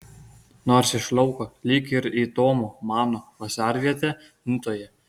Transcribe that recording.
nors iš lauko lyg ir į tomo mano vasarvietę nidoje